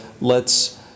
lets